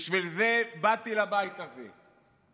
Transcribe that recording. בשביל זה באתי לבית הזה.